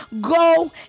Go